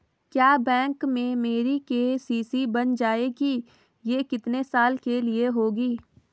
क्या बैंक में मेरी के.सी.सी बन जाएगी ये कितने साल के लिए होगी?